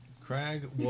Craig